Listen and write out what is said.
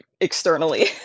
externally